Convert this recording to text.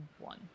one